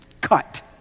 cut